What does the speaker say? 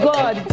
God